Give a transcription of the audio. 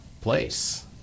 place